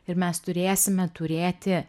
ir mes turėsime turėti